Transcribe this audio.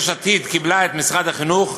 ויש עתיד קיבלה את משרד החינוך.